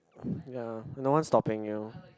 ya no one stopping you